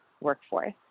workforce